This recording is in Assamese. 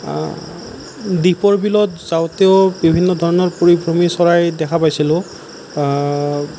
দীপৰ বিলত যাওঁতেও বিভিন্ন ধৰণৰ পৰিভ্ৰমী চৰাই দেখা পাইছিলোঁ